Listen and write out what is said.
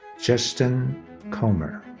justin comer.